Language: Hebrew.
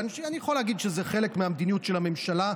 ואני יכול להגיד שזה חלק מהמדיניות של הממשלה,